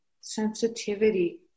sensitivity